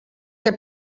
que